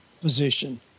position